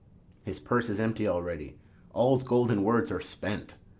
his purse is empty already all's golden words are spent.